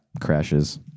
crashes